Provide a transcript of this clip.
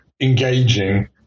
engaging